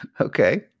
Okay